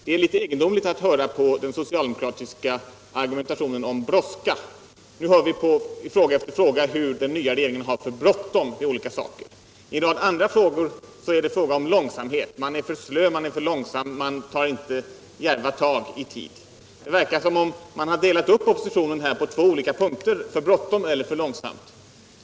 Det är litet egendomligt att höra på den socialdemokratiska argumentationen om brådska. Nu sägs det i fråga efter fråga att den nya regeringen har för bråttom med olika saker. I en rad andra frågor är regeringen enligt socialdemokraterna alltför passiv och slö. Antingen går det för fort eller också går det för långsamt.